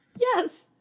yes